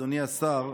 אדוני השר,